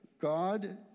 God